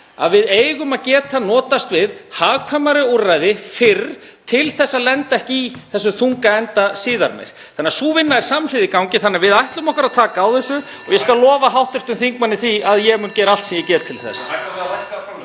að við eigum að geta notast við hagkvæmari úrræði fyrr til að lenda ekki í þessum þunga enda síðar meir og sú vinna er í gangi samhliða. Við ætlum okkur að taka á þessu og ég skal lofa hv. þingmanni því að ég mun gera allt sem ég get til þess.